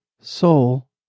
soul